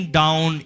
down